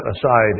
aside